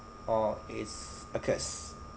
or it's a curse